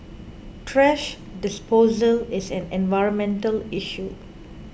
thrash disposal is an environmental issue